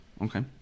Okay